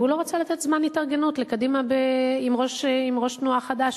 והוא לא רצה לתת זמן התארגנות לקדימה עם ראש תנועה חדש.